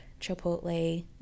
Chipotle